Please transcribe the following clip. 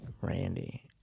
Randy